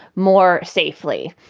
more safely.